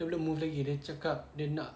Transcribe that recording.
dia belum move lagi dia cakap dia nak